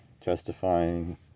testifying